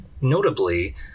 notably